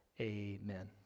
Amen